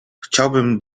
chciałbym